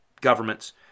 governments